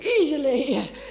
easily